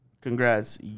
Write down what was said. congrats